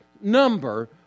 number